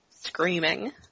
screaming